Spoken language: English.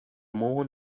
more